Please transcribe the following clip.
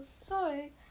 Sorry